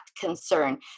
concern